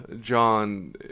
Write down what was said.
John